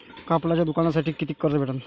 कापडाच्या दुकानासाठी कितीक कर्ज भेटन?